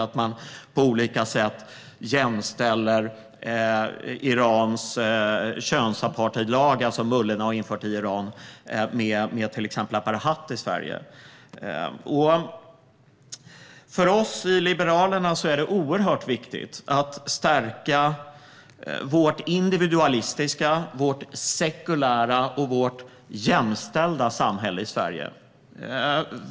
Man jämställer på olika sätt Irans könsapartheidlagar, som mullorna har infört, med att till exempel bära hatt i Sverige. För oss i Liberalerna är det oerhört viktigt att stärka det individualistiska, sekulära och jämställda samhälle vi har i Sverige.